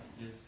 Yes